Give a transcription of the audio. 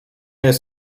jest